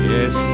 Yes